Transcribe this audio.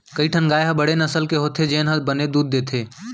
कई ठन गाय ह बड़े नसल के होथे जेन ह बने दूद देथे